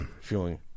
feeling